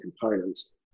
components